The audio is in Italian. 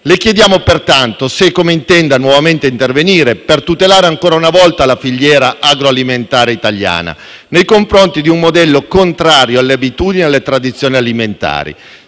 Le chiediamo pertanto se e come intenda nuovamente intervenire per tutelare ancora una volta la filiera agroalimentare italiana nei confronti di un modello contrario alle abitudini e alle tradizioni alimentari.